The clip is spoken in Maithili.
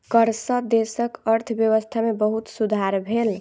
कर सॅ देशक अर्थव्यवस्था में बहुत सुधार भेल